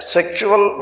Sexual